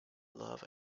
love